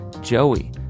Joey